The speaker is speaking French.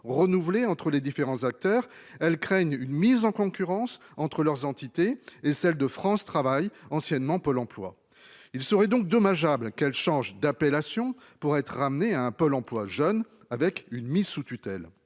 renouvelée entre les différents acteurs. Elles craignent une mise en concurrence entre leurs entités et celle de France travail anciennement Pôle emploi. Il serait donc dommageable qu'elle change d'appellation pour être ramenée à un pôle emploi jeune avec une mise sous tutelle.